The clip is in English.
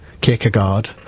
kierkegaard